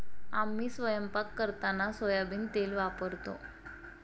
आम्ही स्वयंपाक करताना सोयाबीन तेल वापरतो